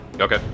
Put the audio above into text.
Okay